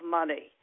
money